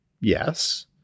yes